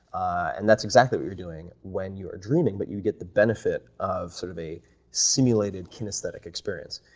and that's exactly what you're doing when you are dreaming, but you get the benefit of sort of a simulated kinesthetic experience.